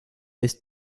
ist